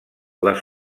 les